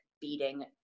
beating